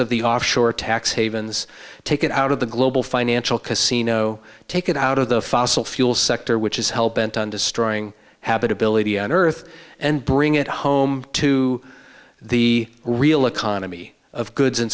of the offshore tax havens take it out of the global financial casino take it out of the fossil fuel sector which is hell bent on destroying habitability on earth and bring it home to the real economy of goods and